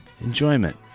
Enjoyment